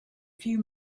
few